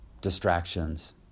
distractions